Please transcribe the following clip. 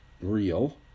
real